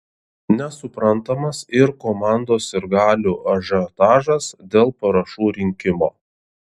nesuprantamas ir komandos sirgalių ažiotažas dėl parašų rinkimo